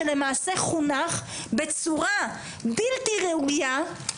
שלמעשה חונך בצורה בלתי ראוייה,